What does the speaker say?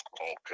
Okay